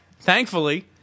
Thankfully